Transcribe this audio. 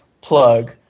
plug